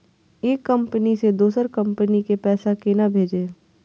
एक कंपनी से दोसर कंपनी के पैसा केना भेजये?